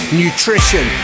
nutrition